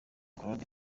claude